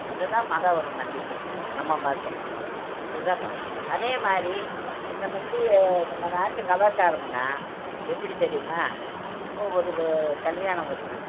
அதுதான் மத ஒரு நம்பிக்க நம்ம மதத்தை இதுதாப்பா அதேமாதிரி இந்த வந்து நம்ம நாட்டு கலாச்சாரமுன்னால் எப்படி தெரியுமா இப்போது ஒரு வ கல்யாணம் வருது